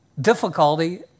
difficulty